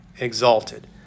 exalted